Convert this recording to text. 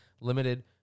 limited